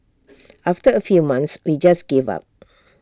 after A few months we just gave up